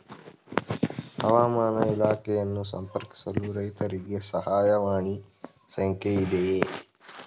ಹವಾಮಾನ ಇಲಾಖೆಯನ್ನು ಸಂಪರ್ಕಿಸಲು ರೈತರಿಗೆ ಸಹಾಯವಾಣಿ ಸಂಖ್ಯೆ ಇದೆಯೇ?